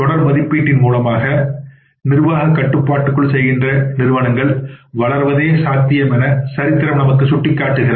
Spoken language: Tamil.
தொடர் மதிப்பீட்டின் மூலமாக நிர்வாகக் கட்டுப்பாடுகள் செய்கின்ற நிறுவனங்கள் வளர்வதே சாத்தியம் என சரித்திரம் நமக்கு சுட்டிக் காட்டுகிறது